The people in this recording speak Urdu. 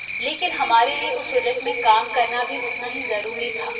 لیکن ہمارے لیے اس پروجیکٹ میں کام کرنا بھی اتنا ہی ضروری تھا